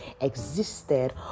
existed